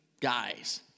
guys